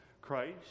Christ